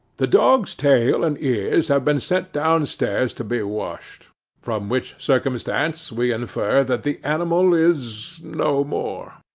the dog's tail and ears have been sent down-stairs to be washed from which circumstance we infer that the animal is no more.